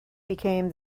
became